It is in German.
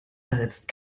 ersetzt